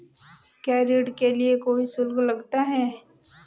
क्या ऋण के लिए कोई शुल्क लगता है?